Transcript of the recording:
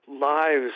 lives